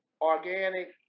organic